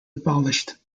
abolished